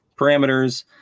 parameters